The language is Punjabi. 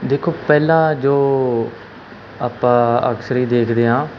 ਦੇਖੋ ਪਹਿਲਾ ਜੋ ਆਪਾਂ ਅਕਸਰ ਹੀ ਦੇਖਦੇ ਹਾਂ